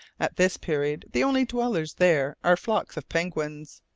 at this period the only dwellers there are flocks of penguins,